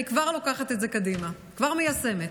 אני כבר לוקחת את זה קדימה וכבר מיישמת.